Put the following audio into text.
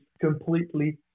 completely